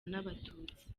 n’abatutsi